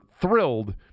thrilled